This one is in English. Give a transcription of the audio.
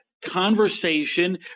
conversation